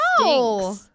no